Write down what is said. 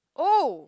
oh